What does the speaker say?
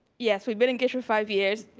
yes, we've been engaged for five years.